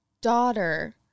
daughter